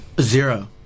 zero